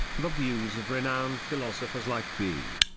the views of renowned philosophers like b.